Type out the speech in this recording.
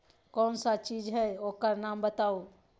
कौन सा चीज है ओकर नाम बताऊ?